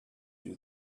you